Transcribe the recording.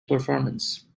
performance